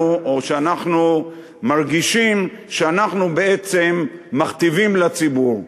או שאנחנו מרגישים שאנחנו בעצם מכתיבים לציבור,